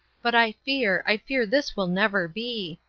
but i fear, i fear this will never be.